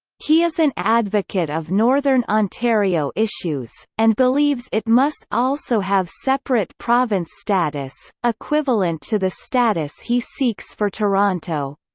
he is an advocate of northern ontario issues, and believes it must also have separate province status, equivalent to the status he seeks for toronto.